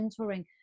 mentoring